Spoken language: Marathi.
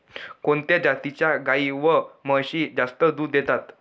कोणत्या जातीच्या गाई व म्हशी जास्त दूध देतात?